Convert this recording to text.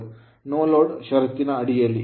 No load no load ಷರತ್ತಿನ ಅಡಿಯಲ್ಲಿ